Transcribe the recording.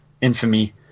infamy